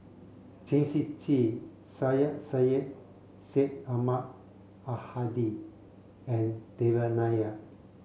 Chen Shiji Syed Sheikh Syed Ahmad Al Hadi and Devan Nair